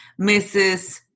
Mrs